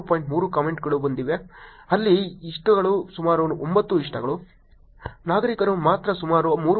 3 ಕಾಮೆಂಟ್ಗಳು ಇವೆ ಅಲ್ಲಿ ಇಷ್ಟಗಳು ಸುಮಾರು 9 ಇಷ್ಟಗಳು ನಾಗರಿಕರು ಮಾತ್ರ ಸುಮಾರು 3